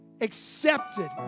accepted